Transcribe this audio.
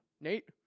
Nate